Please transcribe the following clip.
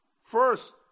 first